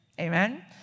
Amen